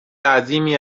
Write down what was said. عظیمی